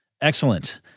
Excellent